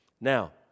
Now